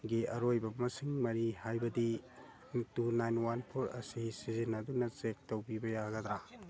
ꯒꯤ ꯑꯔꯣꯏꯕ ꯃꯁꯤꯡ ꯃꯔꯤ ꯍꯥꯏꯕꯗꯤ ꯇꯨ ꯅꯥꯏꯟ ꯋꯥꯟ ꯐꯣꯔ ꯑꯁꯤ ꯁꯤꯖꯤꯟꯅꯗꯨꯅ ꯆꯦꯛ ꯇꯧꯕꯤꯕ ꯌꯥꯒꯗ꯭ꯔꯥ